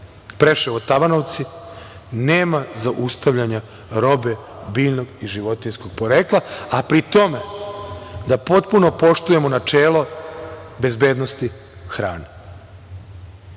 Preševo-Tabanovci nema zaustavljanja robe biljnog i životinjskog porekla, a pri tome da potpuno poštujemo načelo bezbednosti hrane.Sećate